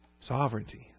Sovereignty